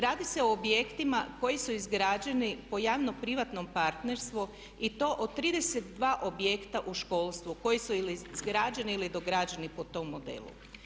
Radi se o objektima koji su izgrađeni po javno-privatnom partnerstvu i to o 32 objekta u školstvu koji su ili izgrađeni ili dograđeni po tom modelu.